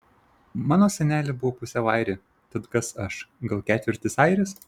mano senelė buvo pusiau airė tad kas aš gal ketvirtis airės